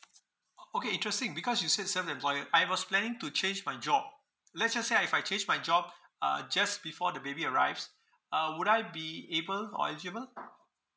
oh okay interesting because you say serve employer I was planning to change my job let just say I if I change my job uh just before the baby arrives uh would I be able or eligible